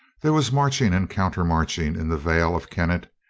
there was marching and counter-marching in the vale of kennet,